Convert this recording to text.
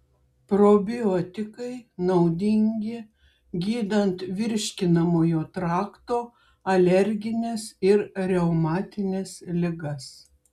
probiotikai naudingi gydant virškinamojo trakto alergines ir reumatines ligas